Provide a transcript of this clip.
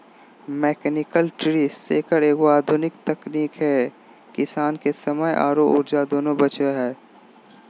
mechanical tree shaker एगो आधुनिक तकनीक है किसान के समय आरो ऊर्जा दोनों बचो हय